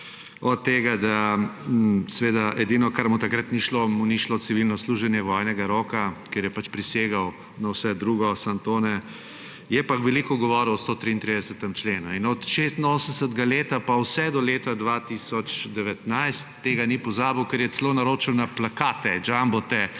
znane parole, edino, kar mu takrat ni šlo, mu ni šlo civilno služenje vojnega roka, ker je prisegel na vse drugo, samo to ne. Je pa veliko govoril o 133. členu. In od leta 1986 pa vse do leta 2019 tega ni pozabil, ker je celo naročil na plakate, jumbote